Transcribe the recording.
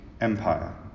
empire